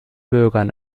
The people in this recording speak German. bürgern